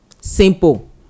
Simple